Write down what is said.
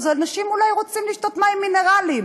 אז אנשים אולי רוצים לשתות מים מינרליים.